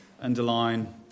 Underline